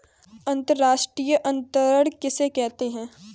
अंतर्राष्ट्रीय अंतरण किसे कहते हैं?